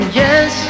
yes